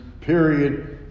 period